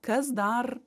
kas dar